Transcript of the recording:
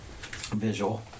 visual